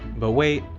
but wait,